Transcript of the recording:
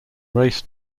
race